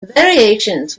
variations